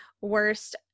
worst